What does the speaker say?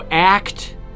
Act